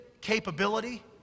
capability